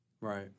Right